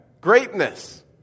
Greatness